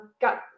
got